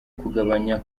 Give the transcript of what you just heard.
kugabanya